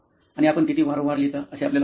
आणि आपण किती वारंवार लिहिता असे आपल्याला वाटते